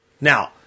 Now